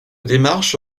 démarche